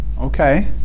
Okay